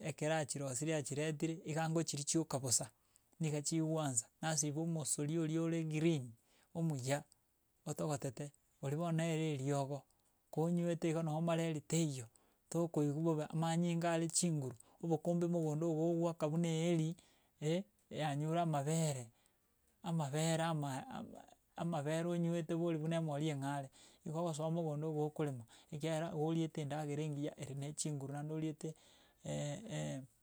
ekero achirosirie achiretire iga nkochiri chioka bosa, niga chigoansa, nasiba omosori oria ore green, omuya otogotete oria bono nere eriogo, konywete iga no mareria teiyo, tokoigwa bobe amanyinga are chinguru, obokombe mogondo igo oogwaka buna eeri, eh, yanyure amabere, amabere ama ama amabere onywete bori buna emori eng'are. Igo ogosoa mogondo igo okorema, ekiagera oriete endagera engiya ere na chinguru naende oriete.